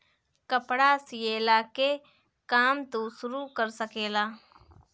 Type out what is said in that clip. कपड़ा सियला के काम तू शुरू कर सकेला